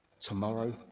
tomorrow